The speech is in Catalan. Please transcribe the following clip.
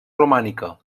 romànica